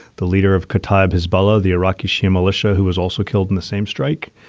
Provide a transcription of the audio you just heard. the leader of khattab hezbollah, the iraqi shia militia who was also killed in the same strike.